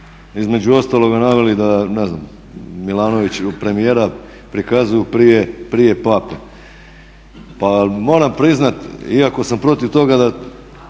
između ostalog naveli da ne znam premijera prikazuju prije pape. Pa moram priznati iako sam protiv toga kada